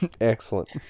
Excellent